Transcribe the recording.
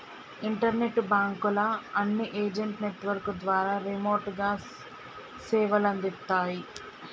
internet బాంకుల అన్ని agent network ద్వారా రిమోట్ గా సేవలందిత్తాయి